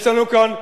יש לנו כאן תהליך,